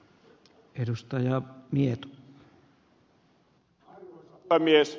arvoisa puhemies